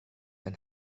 and